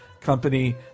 company